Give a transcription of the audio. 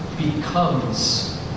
becomes